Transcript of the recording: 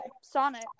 Sonic